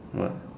what